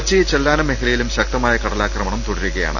കൊച്ചി ചെല്ലാനം മേഖലയിലും ശക്തമായ കടലാക്രമണം തുട രുകയാണ്